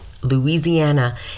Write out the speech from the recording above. Louisiana